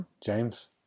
James